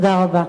תודה רבה.